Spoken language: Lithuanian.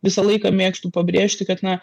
visą laiką mėgstu pabrėžti kad na